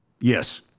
Yes